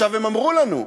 עכשיו, הם אמרו לנו,